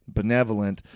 benevolent